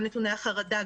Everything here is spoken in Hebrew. גם נתוני החרדה,